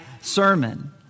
sermon